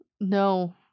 No